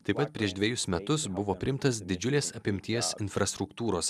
taip pat prieš dvejus metus buvo priimtas didžiulės apimties infrastruktūros